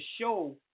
show